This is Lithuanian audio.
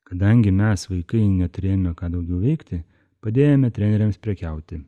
kadangi mes vaikai neturėjome ką daugiau veikti padėjome treneriams prekiauti